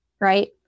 right